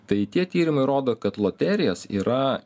tai tie tyrimai rodo kad loterijas yra